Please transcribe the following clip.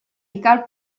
igal